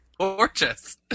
Gorgeous